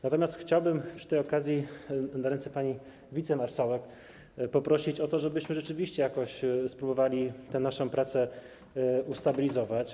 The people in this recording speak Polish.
Natomiast chciałbym przy tej okazji zwrócić się do pani wicemarszałek i poprosić o to, żebyśmy rzeczywiście spróbowali tę naszą pracę ustabilizować.